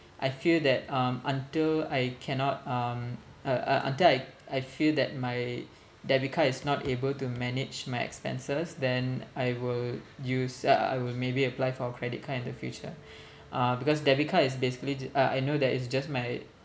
I feel that um until I cannot um uh uh until I I feel that my debit card is not able to manage my expenses then I will use uh I will maybe apply for a credit card in the future uh because debit card is basically ju~ uh I know that it's just my